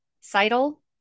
Seidel